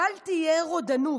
בל תהיה רודנות.